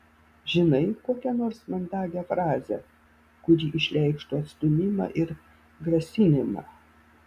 žinai kokią nors mandagią frazę kuri išreikštų atstūmimą ir grasinimą